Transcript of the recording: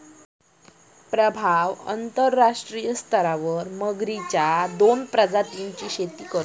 प्रभाव अंतरराष्ट्रीय स्तरावर मगरेच्या दोन प्रजातींची शेती करतत